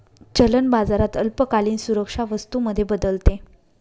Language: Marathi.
चलन बाजारात अल्पकालीन सुरक्षा वस्तू मध्ये बदलते